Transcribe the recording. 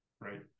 right